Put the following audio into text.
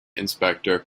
inspector